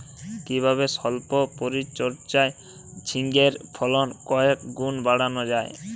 কিভাবে সল্প পরিচর্যায় ঝিঙ্গের ফলন কয়েক গুণ বাড়ানো যায়?